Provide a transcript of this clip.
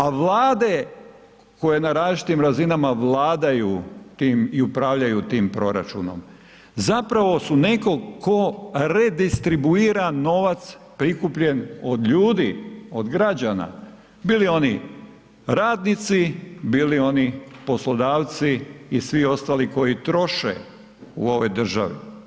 A vlade koje na različitim razinama vladaju i upravljaju tim proračunom zapravo su neko ko redistribuira novac prikupljen od ljudi, od građana, bili oni radnici, bili oni poslodavci i svi ostali koji troše u ovoj državi.